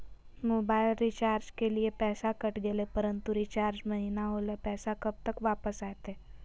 Mobile recharge के लिए पैसा कट गेलैय परंतु रिचार्ज महिना होलैय, पैसा कब तक वापस आयते?